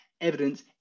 evidence